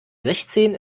sechzehn